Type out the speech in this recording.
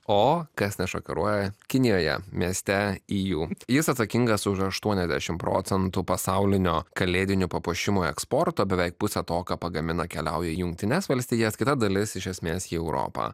o kas nešokiruoja kinijoje mieste iju jis atsakingas už aštuoniasdešimt procentų pasaulinio kalėdinių papuošimų eksporto beveik pusę to ką pagamina keliauja į jungtines valstijas kita dalis iš esmės į europą